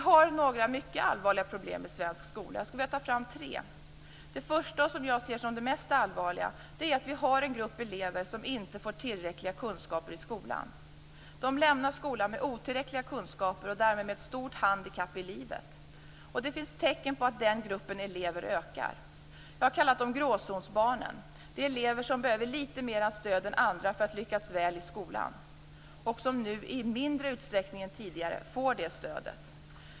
Det finns några allvarliga problem i svensk skola. Jag vill ta fram tre av dem. Det första och mest allvarliga är att det finns en grupp elever som inte får tillräckliga kunskaper i skolan. De lämnar skolan med otillräckliga kunskaper och därmed med stort handikapp i livet. Det finns tecken på att den gruppen elever ökar. Jag kallar dem gråzonsbarnen. Det är elever som behöver litet mer stöd än andra för att lyckas väl i skolan och som nu i mindre utsträckning än tidigare får det stödet.